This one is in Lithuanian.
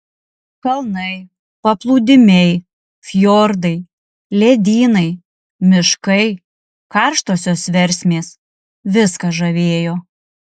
kalnai paplūdimiai fjordai ledynai miškai karštosios versmės viskas žavėjo